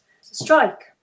strike